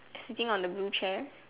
sitting on the blue chair